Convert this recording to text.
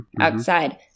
outside